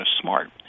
smart